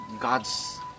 God's